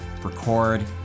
record